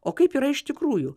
o kaip yra iš tikrųjų